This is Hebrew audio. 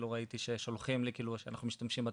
ראיתי ששולחים לי שאנחנו משתמשים בטופס,